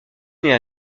naît